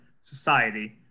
society